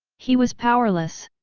he was powerless.